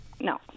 no